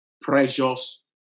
precious